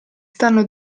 stanno